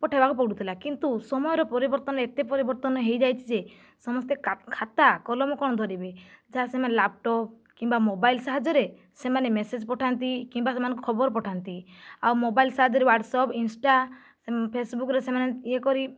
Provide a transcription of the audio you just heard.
ପଠାଇବାକୁ ପଡ଼ୁଥିଲା କିନ୍ତୁ ସମୟର ପରିବର୍ତ୍ତନ ଏତେ ପରିବର୍ତ୍ତନ ହୋଇ ଯାଇଛି ଯେ ସମସ୍ତେ ଖାତା କଲମ କ'ଣ ଧରିବେ ଯାହା ସେମାନେ ଲ୍ୟାପଟପ କିମ୍ବା ମୋବାଇଲ ସାହାଯ୍ୟରେ ସେମାନେ ମେସେଜ ପଠାନ୍ତି କିମ୍ବା ସେମାନେ ଖବର ପଠାନ୍ତି ଆଉ ମୋବାଇଲ ସାହାଯ୍ୟରେ ୱାଟସଆପ ଇନଷ୍ଟା ଫେସବୁକରେ ସେମାନେ ଇଏ କରି